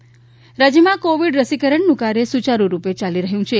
Covid રાજ્યમાં covid રસીકરણનું કાર્ય સૂચારૂરૂપે ચાલી રહ્યું છે